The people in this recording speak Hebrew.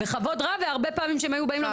בכבוד רב והרבה פעמים כשהם היו באים